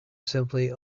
simply